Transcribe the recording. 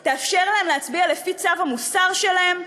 להצביע לפי צו המוסר שלהם?